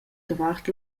davart